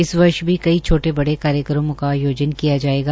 इस वर्ष भी कई छोटे बड़े कार्यक्रमों का आयोजन किया जाएगा